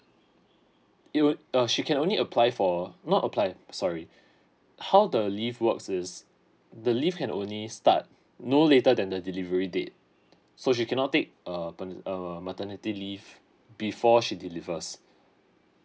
it would uh she can only apply for not applied sorry how the leave works is the leave can only start no later than the delivery date so she cannot take uh pa~ err maternity leave before she delivers